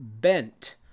bent